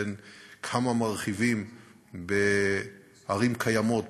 בין כמה מרחיבים בערים קיימות,